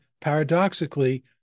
paradoxically